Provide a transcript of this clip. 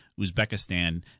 Uzbekistan